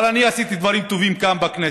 אבל אני עשיתי דברים טובים כאן בכנסת: